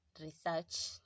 research